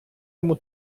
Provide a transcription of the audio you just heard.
йому